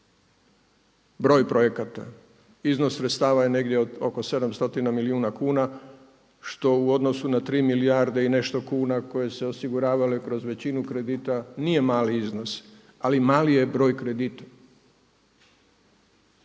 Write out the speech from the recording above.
broj projekata, iznos sredstava je negdje oko 7 stotina milijuna kuna što u odnosu na 3 milijarde i nešto kuna koje su se osiguravale kroz većinu kredita nije mali iznos, ali mali je broj kredita.